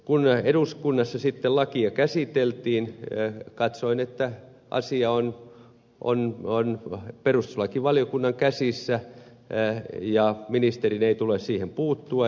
kun eduskunnassa sitten lakia käsiteltiin katsoin että asia on perustuslakivaliokunnan käsissä ja ministerin ei tule siihen puuttua